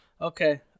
Okay